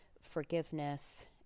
forgiveness